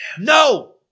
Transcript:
No